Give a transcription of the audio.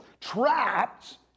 Trapped